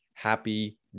happy